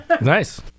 Nice